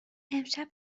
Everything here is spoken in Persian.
امشب